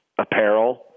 apparel